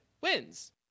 Wins